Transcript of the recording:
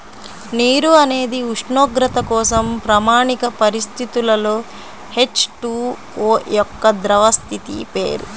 నీరు అనేది ఉష్ణోగ్రత కోసం ప్రామాణిక పరిస్థితులలో హెచ్.టు.ఓ యొక్క ద్రవ స్థితి పేరు